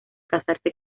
casarse